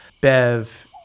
Bev